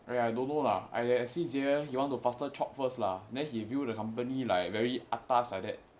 !aiya! I don't know lah !aiya! si jia he want to faster chope first lah then he viewed the company like very atas like that